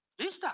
Lista